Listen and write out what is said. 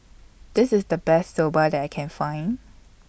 This IS The Best Soba that I Can Find